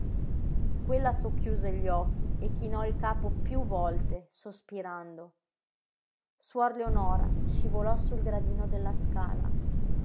quella socchiuse gli occhi e chinò il capo piú volte sospirando suor leonora scivolò sul gradino della scala